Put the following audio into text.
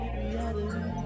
reality